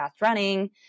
running